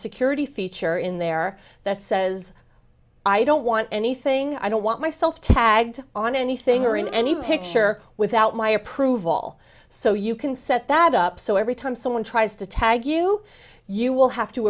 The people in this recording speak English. security feature in there that says i don't want anything i don't want myself tagged on anything or in any picture without my approval so you can set that up so every time someone tries to tag you you will have to